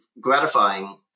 gratifying